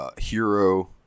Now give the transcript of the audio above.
Hero